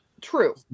True